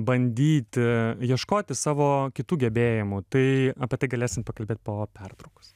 bandyti ieškoti savo kitų gebėjimų tai apie tai galėsim pakalbėt po pertraukos